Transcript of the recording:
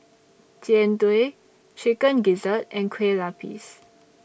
Jian Dui Chicken Gizzard and Kueh Lapis